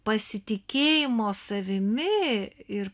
pasitikėjimo savimi ir